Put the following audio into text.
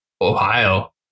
ohio